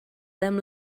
them